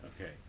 Okay